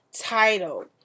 title